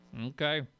Okay